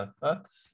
thoughts